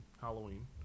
Halloween